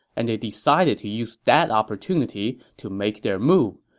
and they decided to use that opportunity to make their move,